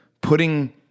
putting